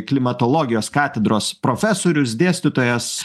klimatologijos katedros profesorius dėstytojas